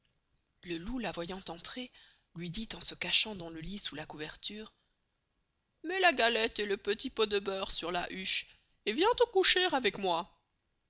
le loup la voyant entrer luy dit en se cachant dans le lit sous la couverture mets la galette et le petit pot de beurre sur la huche et viens te coucher avec moy